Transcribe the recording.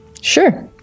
Sure